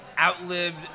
outlived